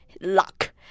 luck